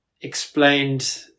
explained